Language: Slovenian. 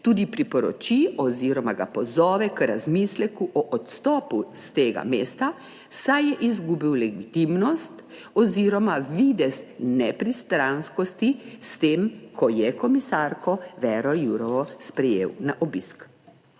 tudi priporoči oziroma ga pozove k razmisleku o odstopu s tega mesta, saj je izgubil legitimnost oziroma videz nepristranskosti s tem, ko je komisarko Věro Jourovo sprejel na obisk.